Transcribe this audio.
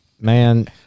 man